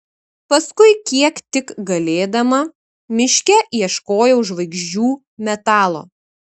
paskui kiek tik galėdama miške ieškojau žvaigždžių metalo